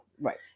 Right